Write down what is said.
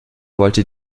wollte